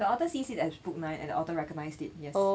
the author sees it as book nine and the author recognised it yes